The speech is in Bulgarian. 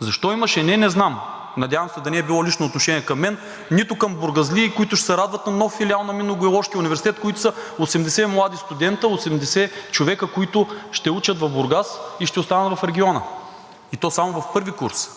Защо имаше „не“, не знам? Надявам се, да не е било лично отношение към мен, нито към бургазлии, които ще се радват на нов филиал на Минно-геоложкия университет, които са 80 млади студенти, 80 човека, които ще учат в Бургас и ще останат в региона, и то само в първи курс.